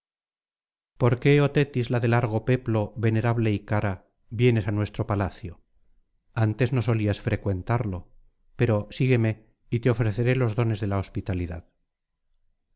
por qué oh tetis la de largo peplo venerable y cara vienes á nuestro palacio antes no solías frecuentarlo pero sigúeme y te ofreceré los dones de la hospitalidad